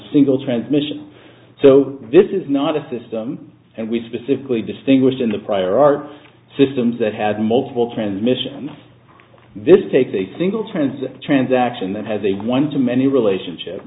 single transmission so this is not a system and we specifically distinguished in the prior art systems that had multiple transmissions this take they think will turn a transaction that has a one to many relationship